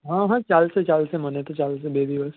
હ હ ચાલશે ચાલશે મને તો ચાલશે બે દિવસ